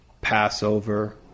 Passover